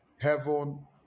heaven